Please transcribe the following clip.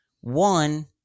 One